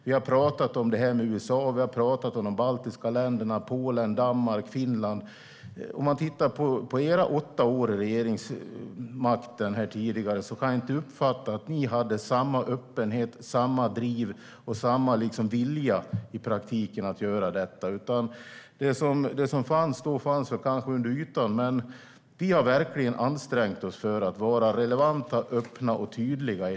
Vi har talat om USA. Vi har talat om de baltiska länderna, Polen, Danmark, Finland. När vi tittar på de åtta åren då Alliansen hade regeringsmakten kan jag inte uppfatta att de hade samma öppenhet, samma driv och samma vilja att i praktiken göra det. Det som fanns då fanns kanske under ytan. Vi har verkligen ansträngt oss för att vara relevanta, öppna och tydliga.